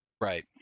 Right